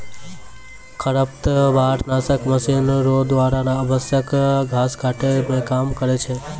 खरपतवार नासक मशीन रो द्वारा अनावश्यक घास काटै मे काम करै छै